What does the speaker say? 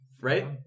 Right